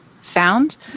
found